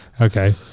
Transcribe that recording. Okay